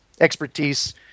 expertise